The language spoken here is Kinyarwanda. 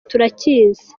turakizi